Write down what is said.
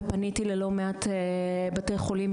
ופניתי ללא מעט בתי חולים,